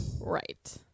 Right